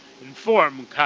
inform